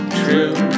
true